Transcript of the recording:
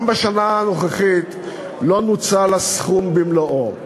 גם בשנה הנוכחית לא נוצל הסכום במלואו.